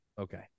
Okay